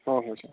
ꯍꯣꯏ ꯍꯣꯏ ꯁꯥꯔ